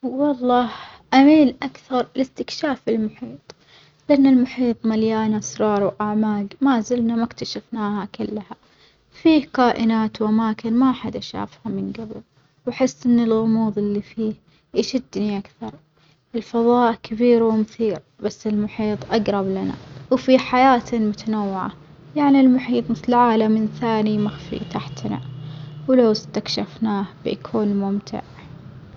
والله أميل أكثر لإستكشاف المحيط، لأن المحيط مليان أسرار وأعماج ما زلنا ما إكتشفناها كلها، فيه كائنات ولكن ما حدا شافها من جبل وأحس إن الغموض اللي فيه يشدني أكثر، الفظاء كبير ومثير بس المحيط أجرب لنا وفيه حياة متنوعة، يعني المحيط مثل عالم من ثاني مخفي تحتنا ولو إستكشفناه بيكون ممتع.